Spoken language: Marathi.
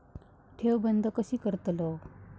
ठेव बंद कशी करतलव?